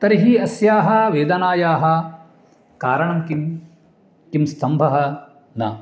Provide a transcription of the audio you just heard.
तर्हि अस्याः वेदनायाः कारणं किं किं स्तम्भः न